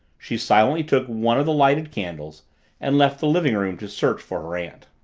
she silently took one of the lighted candles and left the living-room to search for her aunt.